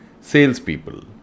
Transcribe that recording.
salespeople